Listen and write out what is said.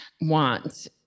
want